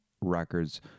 records